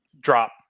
drop